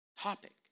topic